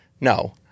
no